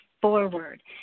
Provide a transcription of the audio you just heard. forward